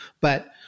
But-